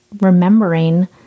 remembering